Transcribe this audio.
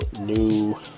New